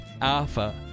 Alpha